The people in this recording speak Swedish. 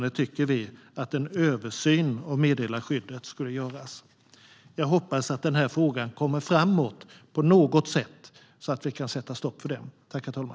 Vi tycker att det åtminstone borde göras en översyn av meddelarskyddet. Jag hoppas att den här frågan förs framåt på något sätt, så att vi kan sätta stopp för detta.